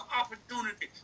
opportunity